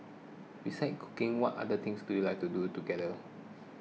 besides cooking what other things do you like to do together